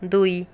ଦୁଇ